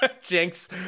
Jinx